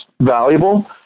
valuable